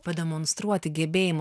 pademonstruoti gebėjimų